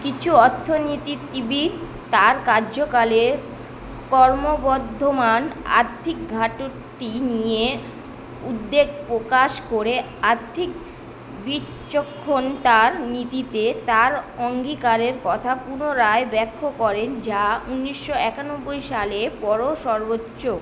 কিছু অর্থনীতিবিদ তার কার্যকালে ক্রমবর্ধমান আর্থিক ঘাটতি নিয়ে উদ্বেগ প্রকাশ করে আর্থিক বিচক্ষণতার নীতিতে তার অঙ্গীকারের কথা পুনরায় ব্যখ্যা করেন যা ঊনিশশো একানব্বই সালের পরও সর্বোচ্চ